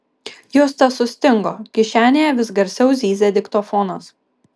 justas sustingo kišenėje vis garsiau zyzė diktofonas